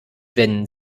wenn